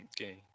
Okay